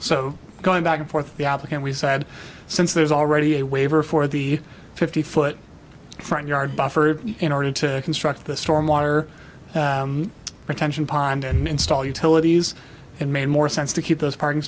so going back and forth the applicant we said since there's already a waiver for the fifty foot front yard buffered in order to construct the storm water retention pond and install utilities and made more sense to keep those parking